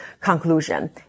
conclusion